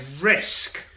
risk